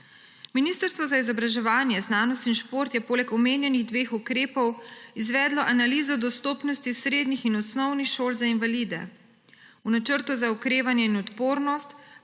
Ministrstvo za izobraževanje, znanost in šport je poleg omenjenih dveh ukrepov izvedlo analizo dostopnosti srednjih in osnovnih šol za invalide. V Načrtu za okrevanje in odpornost